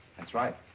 that's right.